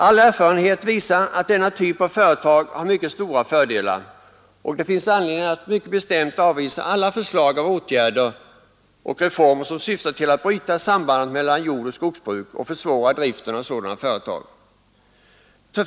All erfarenhet visar att denna typ av företag har mycket stora fördelar, och det finns anledning att mycket bestämt avvisa alla slag av åtgärder och reformer som syftar till att bryta sambandet mellan jordoch skogsbruk och försvåra driften av sådana företag.